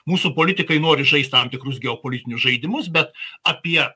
mūsų politikai nori žaist tam tikrus geopolitinius žaidimus bet apie